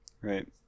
Right